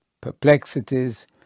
perplexities